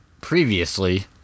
previously